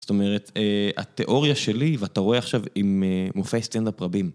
זאת אומרת, התיאוריה שלי, ואתה רואה עכשיו עם מופעי סטנדאפ רבים...